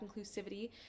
inclusivity